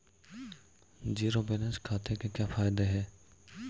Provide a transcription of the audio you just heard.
Zero balance खाते के क्या फायदे हैं?